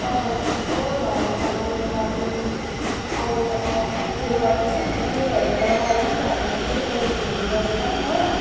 कपाल कस्तो झरेर मेरो त अबुई अहिले त म उयो गर्दैछु नि तेलहरू लगाएर पनि भएन फेरि ओइलिङहरू गरेर पनि हो